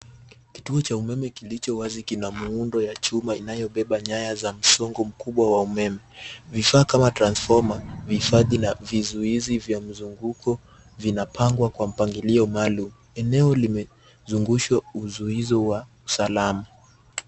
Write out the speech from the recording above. Kituo cha umeme kilicho wazi kinamuundo wa chuma inayo beba nyaya za msongo mkubwa wa umeme. Vifaa kama transformer, vifadhi na vizuizi vya mzunguko vinapangwa kwa mpangilio maalum. Eneo limezungushwa uzuizo wa usalama.